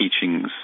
teachings